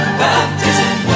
baptism